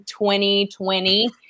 2020